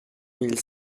mille